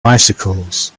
bicycles